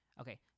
Okay